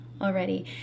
already